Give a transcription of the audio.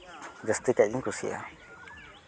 ᱡᱟᱹᱥᱛᱤ ᱠᱟᱹᱡ ᱤᱧ ᱠᱩᱥᱤᱭᱟᱜᱼᱟ